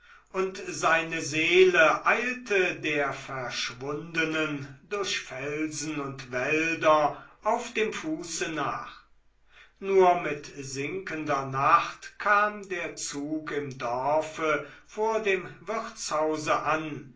und seine seele eilte der verschwundenen durch felsen und wälder auf dem fuße nach nur mit sinkender nacht kam der zug im dorfe vor dem wirtshause an